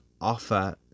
offer